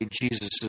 Jesus